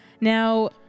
Now